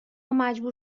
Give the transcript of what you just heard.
مجبور